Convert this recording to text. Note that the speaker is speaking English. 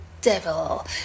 devil